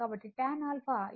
కాబట్టి tan 𝞪 ఇది ఎత్తు 5